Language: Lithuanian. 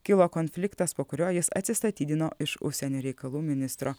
kilo konfliktas po kurio jis atsistatydino iš užsienio reikalų ministro